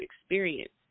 experience